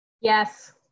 Yes